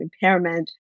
impairment